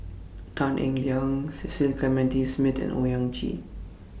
Tan Eng Liang Cecil Clementi Smith and Owyang Chi